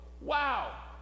wow